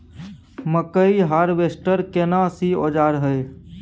मकई हारवेस्टर केना सी औजार हय?